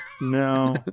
no